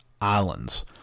islands